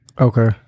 Okay